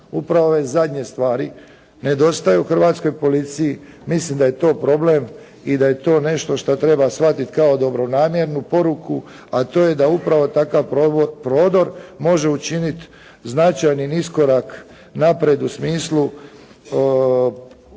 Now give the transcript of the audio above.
Upravo ove zadnje stvari nedostaju Hrvatskoj policiji. Mislim da je to problem i da je to nešto što treba shvatiti kao dobronamjernu poruku, a to je da upravo takav prodor može učiniti značajnim iskorak naprijed u smislu postupanja